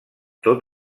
tot